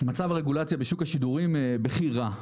מצב הרגולציה בשוק השידורים בכי רע.